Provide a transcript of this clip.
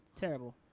Terrible